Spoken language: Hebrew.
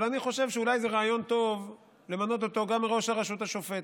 אבל אני חושב שאולי זה רעיון טוב למנות אותו גם לראש הרשות השופטת,